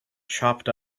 chopped